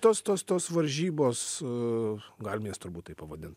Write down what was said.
tos tos tos varžybos galim jas turbūt taip pavadint